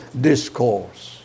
discourse